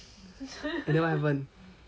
and then what happen